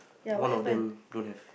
one of them don't have